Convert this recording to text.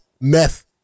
meth